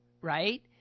right